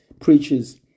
preaches